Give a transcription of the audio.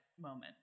moment